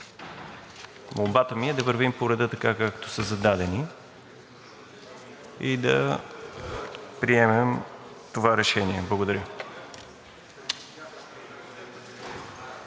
Молбата ми е да вървим по реда така, както са зададени, и да приемем това решение. Благодаря.